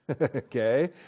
Okay